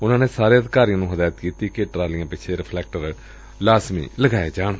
ਉਨੂਾ ਸਾਰੇ ਅਧਿਕਾਰੀਆਂ ਨੂੰ ਹਦਾਇਤ ਕੀਤੀ ਕਿ ਟਰਾਲੀਆਂ ਪਿੱਛੇ ਰਿਫਲੈਕਟਰ ਲਾਜ਼ਮੀ ਲਗਾਏ ਜਾਣ